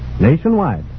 Nationwide